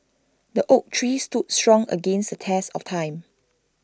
the oak tree stood strong against the test of time